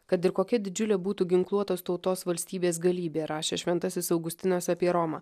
kad ir kokia didžiulė būtų ginkluotos tautos valstybės galybė rašė šventasis augustinas apie romą